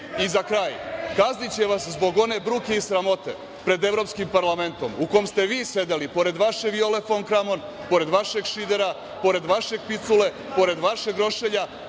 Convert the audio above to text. kraj, kazniće vas zbog one bruke i sramote pred Evropskim parlamentom u kom ste vi sedeli pored vaše Viole fon Kramon, pored vašeg Šidera, pored vašeg Picule, pored vašeg Rošelja,